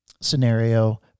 scenario